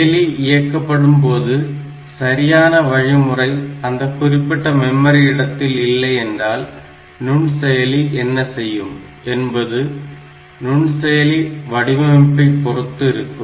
செயலி இயக்கப்படும் போது சரியான வழிமுறை அந்த குறிப்பிட்ட மெமரி இடத்தில் இல்லை என்றால் நுண் செயலி என்ன செய்யும் என்பது நுண்செயலி வடிவமைப்பை பொறுத்து இருக்கும்